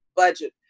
Budget